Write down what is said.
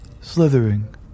slithering